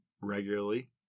regularly